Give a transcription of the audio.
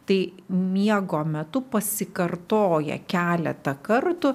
tai miego metu pasikartoja keletą kartų